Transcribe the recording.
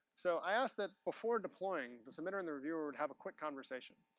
so, i asked that before deploying, the submitter and the reviewer would have a quick conversation.